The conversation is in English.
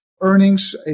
earnings